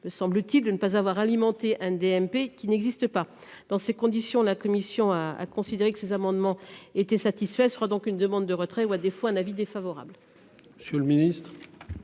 me semble-t-il de ne pas avoir alimenté un DMP qui n'existe pas dans ces conditions, la commission a considéré que ces amendements étaient satisfaits sera donc une demande de retrait ou à des fois un avis défavorable.